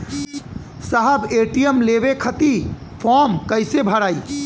साहब ए.टी.एम लेवे खतीं फॉर्म कइसे भराई?